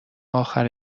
اخر